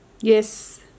Yes